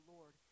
Lord